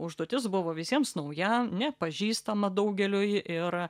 užduotis buvo visiems nauja nepažįstama daugeliui ir